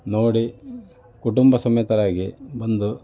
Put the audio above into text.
ನೋಡಿ ಕುಟುಂಬ ಸಮೇತರಾಗಿ ಬಂದು